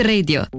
Radio